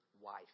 wife